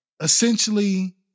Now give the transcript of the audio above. essentially